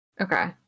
Okay